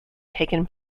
taken